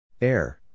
Air